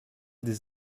des